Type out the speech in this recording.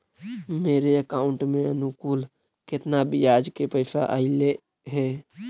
मेरे अकाउंट में अनुकुल केतना बियाज के पैसा अलैयहे?